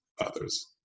others